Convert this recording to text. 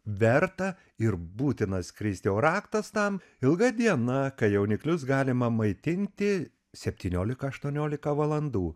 verta ir būtina skristi o raktas tam ilga diena kai jauniklius galima maitinti septynioliką aštuonioliką valandų